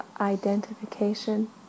identification